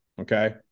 Okay